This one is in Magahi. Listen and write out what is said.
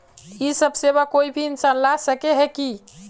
इ सब सेवा कोई भी इंसान ला सके है की?